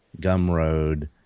Gumroad